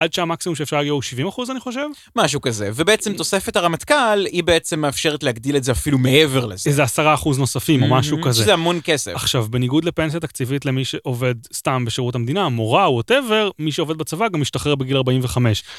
עד שהמקסימום שאפשר להגיע הוא 70 אחוז אני חושב? משהו כזה, ובעצם תוספת הרמטכ"ל היא בעצם מאפשרת להגדיל את זה אפילו מעבר לזה. איזה עשרה אחוז נוספים או משהו כזה. זה המון כסף. עכשיו בניגוד לפנסיית תקציבית למי שעובד סתם בשירות המדינה, מורה או ווטאבר, מי שעובד בצבא גם משתחרר בגיל 45.